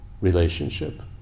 relationship